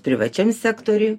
privačiam sektoriuj